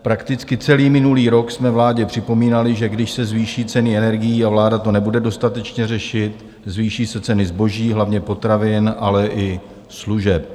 Prakticky celý minulý rok jsme vládě připomínali, že když se zvýší ceny energií a vláda to nebude dostatečně řešit, zvýší se ceny zboží, hlavně potravin, ale i služeb.